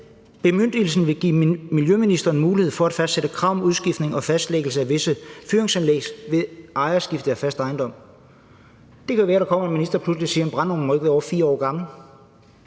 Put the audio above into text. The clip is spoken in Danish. Bemyndigelsen her vil give miljøministeren mulighed for at fastsætte krav om udskiftning og fastlæggelse af visse fyringsanlæg ved ejerskifte af fast ejendom. Det kan være, at der pludselig kommer en minister, som siger, at en brændeovn ikke må være mere end 4 år gammel.